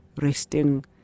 Resting